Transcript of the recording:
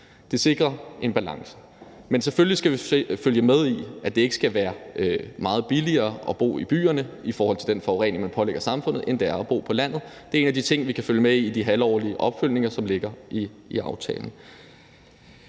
Det sikrer en balance. Men selvfølgelig skal vi følge med i det, i forhold til at det ikke skal være meget billigere at bo i byerne i forhold til den forurening, man pålægger samfundet, end det er at bo på landet. Det er en af de ting, vi kan følge med i i de halvårlige opfølgninger, som ligger i aftalen.